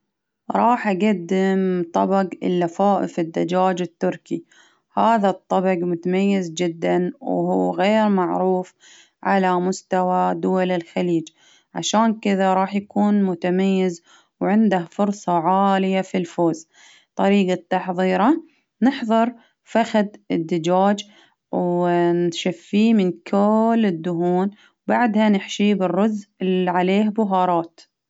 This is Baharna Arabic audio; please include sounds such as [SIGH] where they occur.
راح اقدم طبق لفائف الدجاج التركي، هذا الطبق متميز جدا ،وهو غير معروف على مستوى دول الخليج، عشان كذا راح يكون متميز، وعنده فرصة عالية في الفوز، طريقة تحضيره نحظر فخذ الدجاج و [HESITATION] نشفية من كل الدهون، بعدها نحشية برز عليه بهارات.